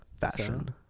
fashion